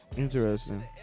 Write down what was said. Interesting